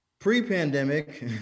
pre-pandemic